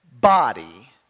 body